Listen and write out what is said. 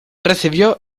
recibió